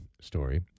story